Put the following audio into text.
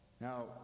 now